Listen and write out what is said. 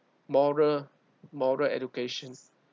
moral moral education